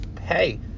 Hey